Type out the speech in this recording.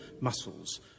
muscles